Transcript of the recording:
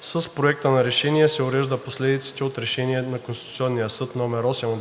С Проекта на решение се уреждат последиците от Решение на Конституционния съд № 8 от